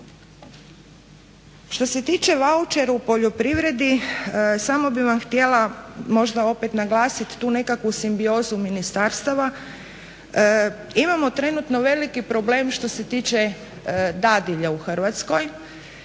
Što se tiče vaučera u poljoprivredi samo bih vam htjela možda opet naglasiti tu nekakvu simbiozu ministarstava. Imamo trenutno veliki problem što se tiče dadilja u Hrvatskoj.